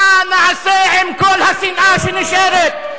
מה נעשה עם כל השנאה שנשארת?